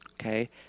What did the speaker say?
Okay